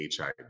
HIV